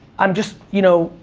i'm just, you know,